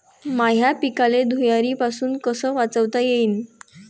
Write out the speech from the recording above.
माह्या पिकाले धुयारीपासुन कस वाचवता येईन?